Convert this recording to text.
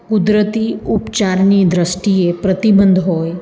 કુદરતી ઉપચારની દૃષ્ટિએ પ્રતિબંધ હોય